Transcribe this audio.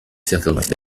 settlement